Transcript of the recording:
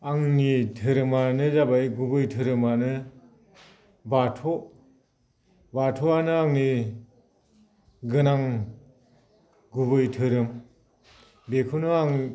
आंनि धोरोमानो जाबाय गुबै धोरोमानो बाथौ बाथौआनो आंनि गोनां गुबै धोरोम बेखौनो आङो